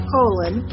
Colon